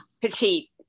petite